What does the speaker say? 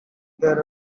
there